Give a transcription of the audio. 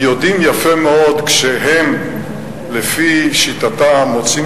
יודעים יפה מאוד כשהם לפי שיטתם מוצאים